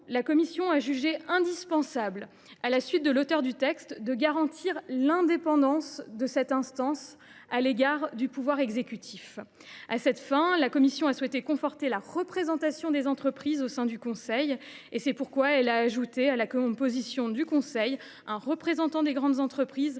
la commission a jugé indispensable de garantir l’indépendance de cette instance à l’égard du pouvoir exécutif. À cette fin, la commission a souhaité conforter la représentation des entreprises au sein du conseil. C’est pourquoi elle a ajouté à la composition de celui ci un représentant des grandes entreprises,